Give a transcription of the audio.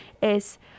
es